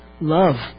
love